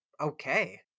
okay